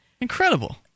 Incredible